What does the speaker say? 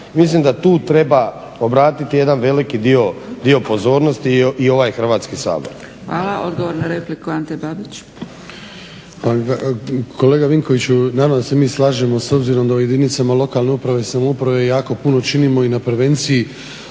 Mislim da tu treba obratiti jedan veliki dio pozornosti i ovaj Hrvatski sabor. **Zgrebec, Dragica (SDP)** Hvala. Odgovor na repliku Ante Babić. **Babić, Ante (HDZ)** Pa kolega Vinkoviću naravno da se mi slažemo s obzirom da u jedinicama lokalne uprave i samouprave jako puno činimo i na prevenciji